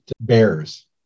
bears